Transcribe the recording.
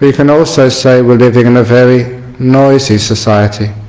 we can also say we are living in a very noisy society.